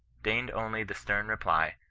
deigned only the stem reply,